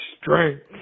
strength